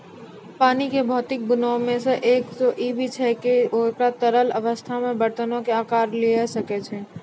पानी के भौतिक गुणो मे से एगो इ छै जे इ अपनो तरल अवस्था मे बरतनो के अकार लिये सकै छै